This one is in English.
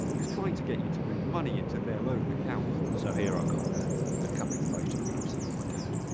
who's trying to get you to move money into their own account. so here i've got a couple of photographs of my dad,